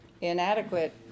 Inadequate